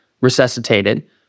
resuscitated